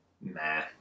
Nah